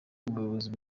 umuyobozi